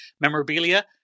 memorabilia